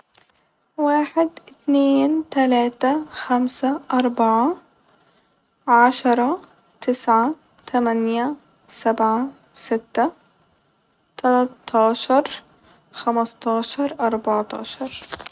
واحد اتنين تلاتة خمسة أربعة عشرة تسعة تمانية سبعة ستة تلاتاشر خمستاشر أربعتاشر